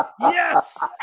yes